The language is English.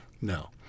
No